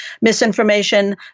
misinformation